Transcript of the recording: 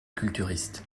culturiste